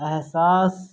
احساس